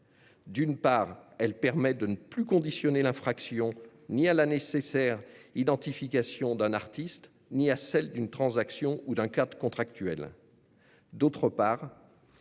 D'une part, elle permet de ne plus conditionner l'infraction ni à la nécessaire identification d'un artiste ni à celle d'une transaction ou d'un cadre contractuel ; d'autre part,